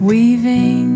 Weaving